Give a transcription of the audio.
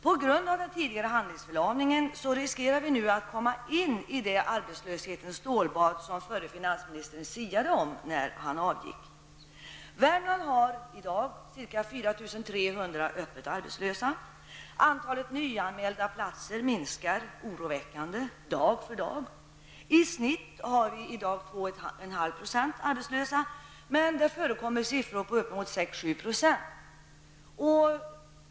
På grund av den tidigare handlingsförlamningen riskerar vi nu att komma in i det arbetslöshetens stålbad som förre finansministern siade om när han avgick. Värmland har i dag ca 4 300 öppet arbetslösa. Antalet nyanmälda platser minskar oroväckande dag för dag. I snitt har vi 2,5 % arbetslösa, men det förekommer siffror uppemot 6--7 %.